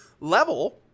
level